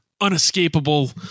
unescapable